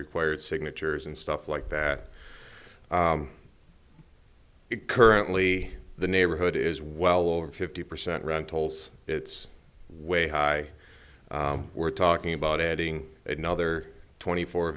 required signatures and stuff like that it currently the neighborhood is well over fifty percent run tolls it's way high we're talking about adding another twenty four